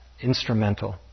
Instrumental